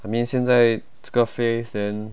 I mean 现在这个 phase then